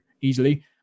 easily